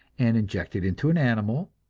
and injected into an animal.